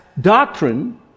doctrine